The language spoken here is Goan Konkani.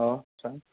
आं सांग